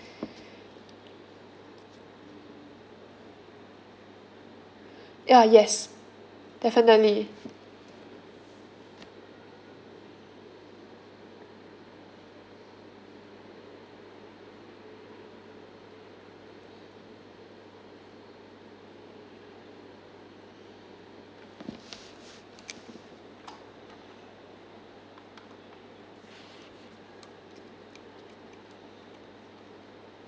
ya yes definitely